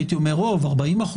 הייתי אומר רוב ,40%,